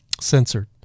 censored